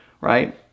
right